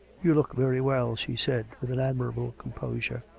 you look very well, she said, with an admirable com posure.